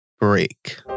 break